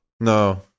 No